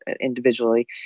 individually